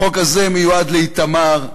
החוק הזה מיועד לאיתמר,